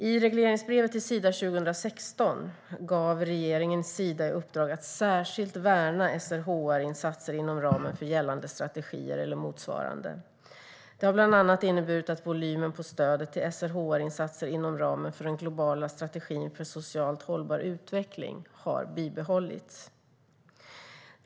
I regleringsbrevet till Sida 2016 gav regeringen Sida i uppdrag att särskilt värna SRHR-insatser inom ramen för gällande strategier eller motsvarande. Detta har bland annat inneburit att volymen på stödet till SRHR-insatser inom ramen för den globala strategin för socialt hållbar utveckling har bibehållits.